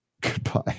Goodbye